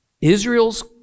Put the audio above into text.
Israel's